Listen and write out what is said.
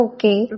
Okay